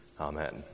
Amen